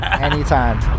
Anytime